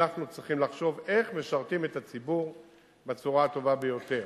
אנחנו צריכים לחשוב איך משרתים את הציבור בצורה הטובה ביותר.